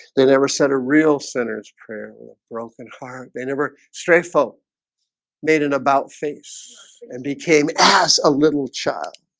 they never said a real sinner's prayer broken car they never stray folk made an about-face and became ass a little child